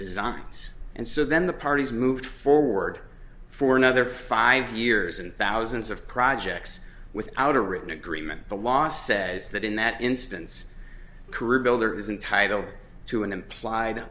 designs and so then the parties moved forward for another five years and thousands of projects without a written agreement the law says that in that instance career builder is entitled to an implied